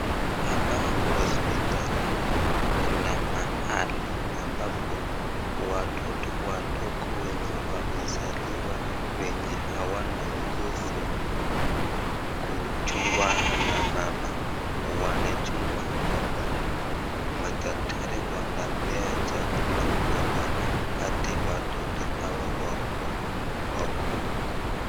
Hapa hospitalini, kuna mahali ambapo watoto wadogo wenye wamezaliwa, wenye hawana nguvu kuchungwa na mama. Wanachungwa hapa, madaktari wanapea chakula hapa hadi watoto hawa wakuwe wakubwa.